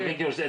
אתה מבין כאילו,